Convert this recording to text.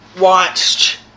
watched